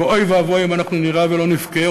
ואוי ואבוי אם אנחנו נירה ולא נבכה,